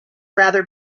rather